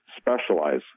specialize